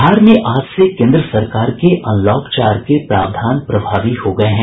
बिहार में आज से केन्द्र सरकार के अनलॉक चार के प्रावधान प्रभावी हो गये हैं